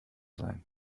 sein